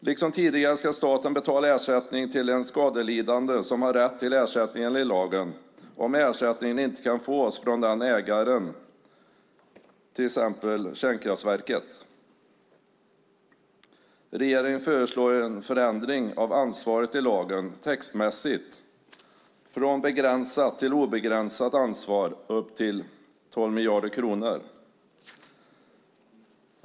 Liksom tidigare ska staten betala ersättning till en skadelidande som har rätt till ersättning enligt lagen om ersättningen inte kan fås från ägaren till exempelvis kärnkraftverket. Regeringen föreslår en förändring av ansvaret i lagen, textmässigt, från begränsat till obegränsat ansvar upp till 12 miljarder kronor.